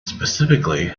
specifically